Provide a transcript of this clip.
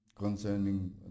concerning